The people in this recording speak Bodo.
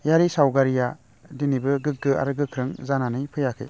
यारि सावगारिया दिनैबो गोग्गो आरो गोख्रों जानानै फैयाखै